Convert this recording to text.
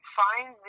find